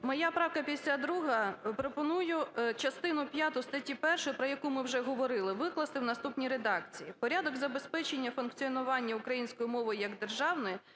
моя правка 52. Пропоную частину п'яту статті 1, про яку ми вже говорили, викласти в наступній редакції: "Порядок забезпечення функціонування української мови як державної